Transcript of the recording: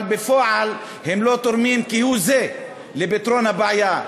אבל בפועל הם לא תורמים כהוא-זה לפתרון הבעיה,